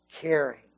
caring